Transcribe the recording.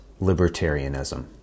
libertarianism